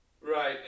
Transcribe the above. Right